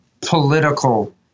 political